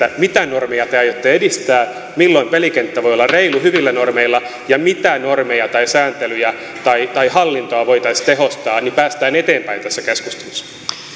mitä normeja te aiotte edistää milloin pelikenttä voi olla reilu hyvillä normeilla ja mitä normeja sääntelyjä tai tai hallintoa voitaisiin tehostaa niin päästään eteenpäin tässä keskustelussa